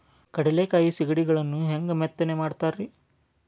ಕಡಲೆಕಾಯಿ ಸಿಗಡಿಗಳನ್ನು ಹ್ಯಾಂಗ ಮೆತ್ತನೆ ಮಾಡ್ತಾರ ರೇ?